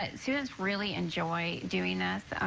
and students really enjoy doing this.